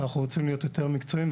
אנחנו רוצים להיות יותר מקצועיים,